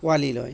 আঁকোৱালি লয়